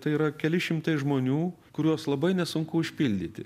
tai yra keli šimtai žmonių kuriuos labai nesunku užpildyti